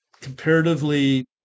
comparatively